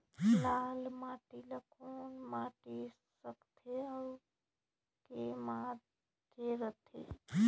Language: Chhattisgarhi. लाल माटी ला कौन माटी सकथे अउ के माधेक राथे?